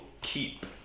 keep